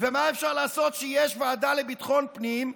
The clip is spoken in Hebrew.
ומה אפשר לעשות שיש ועדה לביטחון פנים,